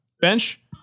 Bench